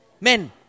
Men